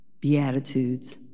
Beatitudes